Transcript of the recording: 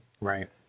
right